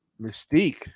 Mystique